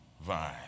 vine